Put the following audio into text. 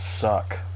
suck